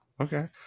okay